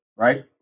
Right